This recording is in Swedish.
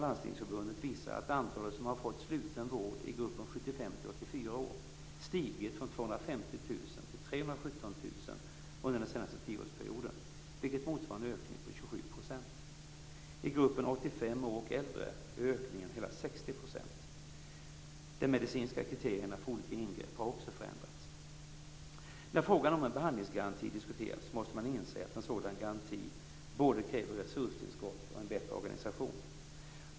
85 år och äldre är ökningen hela 60 %. De medicinska kriterierna för olika ingrepp har också förändrats. När frågan om en behandlingsgaranti diskuteras måste man inse att en sådan garanti kräver både resurstillskott och bättre organisation.